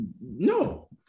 no